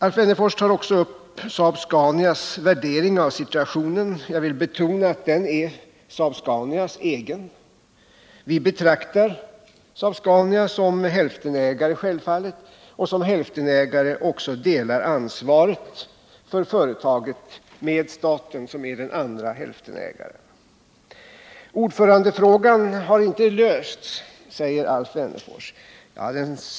Alf Wennerfors tog också upp Saab-Scanias värdering av situationen. Jag vill betona att den är Saab-Scanias egen. Vi betraktar självfallet Saab-Scania som hälftenägare. Som sådan delar Saab-Scania ansvaret för företaget med staten, som är den andra hälftenägaren. Ordförandefrågan har inte lösts, säger Alf Wennerfors.